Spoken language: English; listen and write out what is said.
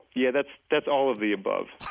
yeah, that's that's all of the above